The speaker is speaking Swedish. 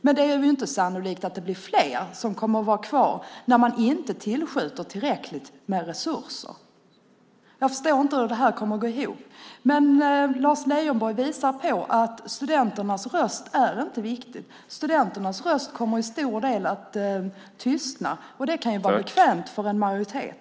Men det är inte sannolikt att det blir fler som kommer att vara kvar när man inte tillskjuter mer resurser. Jag förstår inte hur det kommer att gå ihop. Lars Leijonborg visar på att studenternas röst inte är viktig. Studenternas röst kommer till stor del att tystna. Det kan vara bekvämt för en majoritet.